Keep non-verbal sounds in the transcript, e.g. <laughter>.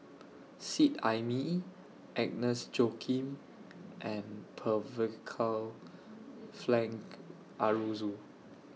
Seet Ai Mee Agnes Joaquim and <unintelligible> Frank Aroozoo